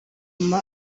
nama